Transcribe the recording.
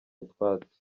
utwatsi